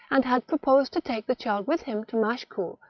and had proposed to take the child with him to machecoul,